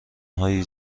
های